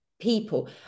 people